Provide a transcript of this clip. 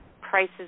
prices